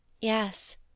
Yes